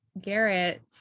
Garrett